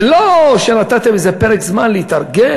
ולא שנתתם לאנשים איזה פרק זמן להתארגן,